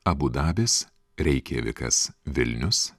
abu dabis reikjavikas vilnius